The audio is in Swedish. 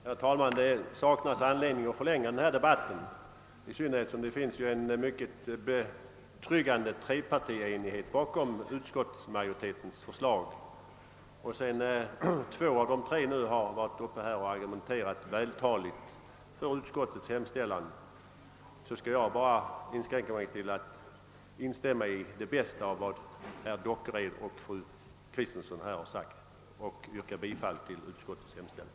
Herr talman! Det saknas anledning att förlänga denna debatt, i synnerhet som det finns en betryggande trepartienighet bakom utskottsmajoritetens förslag. Sedan representanter för två av de tre partierna nu vältaligt argumenterat för utskottets hemställan inskränker jag mig till att instämma i det bästa av vad dessa talare — herr Dockered och fru Kristensson -— har sagt och yrkar bifall till första lagutskottets hemställan.